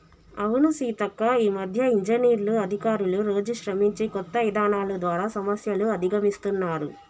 అవును సీతక్క ఈ మధ్య ఇంజనీర్లు అధికారులు రోజు శ్రమించి కొత్త ఇధానాలు ద్వారా సమస్యలు అధిగమిస్తున్నారు